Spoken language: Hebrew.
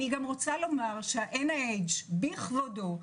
ה-NH בכבודו,